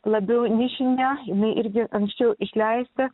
labiau nišinė jinai irgi anksčiau išleista